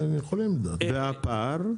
והפער?